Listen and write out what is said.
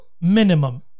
Minimum